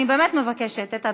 אני באמת מבקשת, את הדקה.